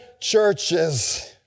churches